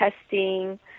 testing